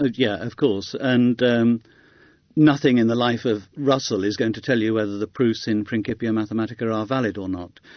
yeah of course, and and nothing in the life of russell is going to tell you whether the proofs in principia mathematica are ah valid or not.